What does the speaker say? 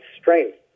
strength